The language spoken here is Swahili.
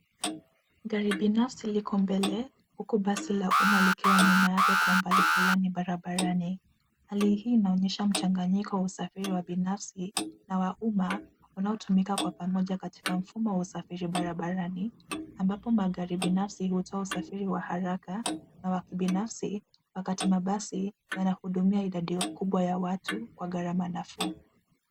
Gari binafsi liko mbele huku basi la umma likiwa nyuma yake kwa umbali fulani barabarani. Hali hii inaonyesha mchanganyiko wa usafiri wa binafsi na wa umma unaotumika kwa pamoja katika mfumo wa usafiri barabarani ambapo magari binafsi hutoa usafiri wa haraka na wa kibinafsi wakati mabasi yanahudumia idadi kubwa ya watu kwa gharama nafuu.